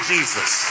Jesus